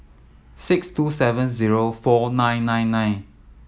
six two seven zero four nine nine nine